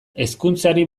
hezkuntzari